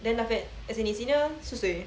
then after that as in 你 senior 是谁